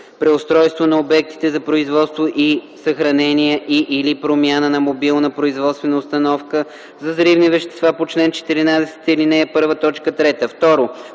преустройство на обектите за производство и съхранение и/или промяна на мобилна производствена установка за взривни вещества по чл. 14, ал.